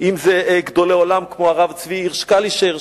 ואם זה גדולי עולם כמו הרב צבי הירש קלישר,